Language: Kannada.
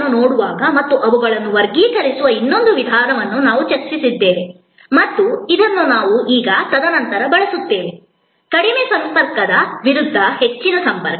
ಸೇವೆಗಳನ್ನು ನೋಡುವ ಮತ್ತು ಅವುಗಳನ್ನು ವರ್ಗೀಕರಿಸುವ ಇನ್ನೊಂದು ವಿಧಾನವನ್ನೂ ನಾವು ಚರ್ಚಿಸಿದ್ದೇವೆ ಮತ್ತು ಇದನ್ನೂ ನಾವು ಈಗ ತದನಂತರ ಬಳಸುತ್ತೇವೆ ಕಡಿಮೆ ಸಂಪರ್ಕದ ವಿರುದ್ಧ ಹೆಚ್ಚಿನ ಸಂಪರ್ಕ